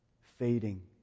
fading